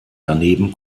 daneben